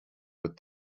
with